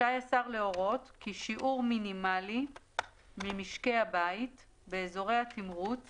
רשאי השר להורות כי שיעור מינימלי ממשקי הבית באזורי התמרוץ